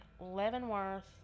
Leavenworth